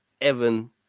Evan